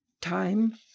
Time